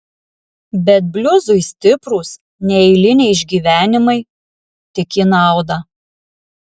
bet bliuzui stiprūs neeiliniai išgyvenimai tik į naudą